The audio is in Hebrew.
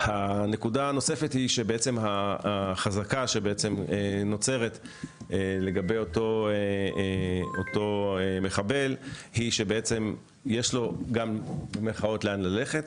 הנקודה הנוספת היא שהחזקה שנוצרת לגבי אותו מחבל היא שיש לו "לאן ללכת".